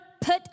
put